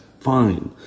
fine